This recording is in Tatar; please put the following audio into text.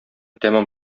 тәмам